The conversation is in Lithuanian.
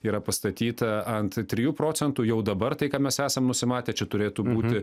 yra pastatyta ant trijų procentų jau dabar tai ką mes esam nusimatę čia turėtų būti